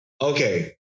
Okay